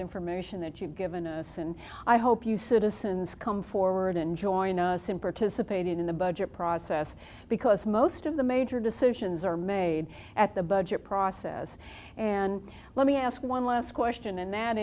information that you've given us and i hope you citizens come forward and join us in participating in the budget process because most of the major decisions are made at the budget process and let me ask one last question and that